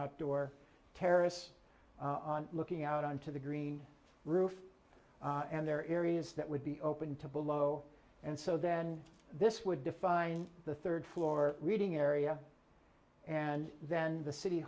outdoor terrace on looking out on to the green roof and there areas that would be open to below and so then this would define the third floor reading area and then the city